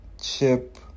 Chip